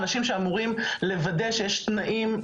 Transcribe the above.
שהאנשים שאמורים לוודא שיש תנאים,